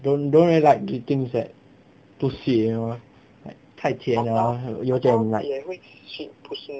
don~ don't really like eating that too sweet you know like like 太甜啦有点 like